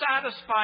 satisfied